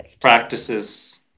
practices